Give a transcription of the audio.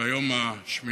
והיום 8 בינואר,